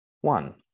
one